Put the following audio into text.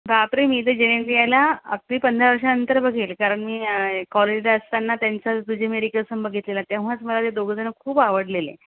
बाप रे मी तर जेनेलियाला अगदी पंधरा वर्षानंतर बघेल कारण मी कॉलेजला असताना त्यांचा तुझे मेरी कसम बघितलेला तेव्हाच मला ते दोघंजण खूप आवडलेले